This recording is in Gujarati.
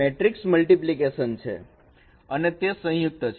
તે મેટ્રિકસ મલ્ટીપ્લિકેશન છે અને તે સંયુક્ત છે